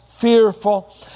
fearful